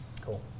Cool